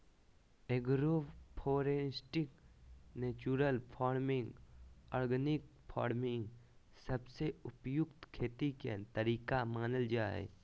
agro foresting, natural farming, organic farming सबसे उपयुक्त खेती के तरीका मानल जा हय